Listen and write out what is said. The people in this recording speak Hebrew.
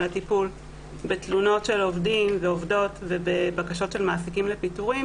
הטיפול בתלונות של עובדים ועובדות ובבקשות של מעסיקים לפיטורים,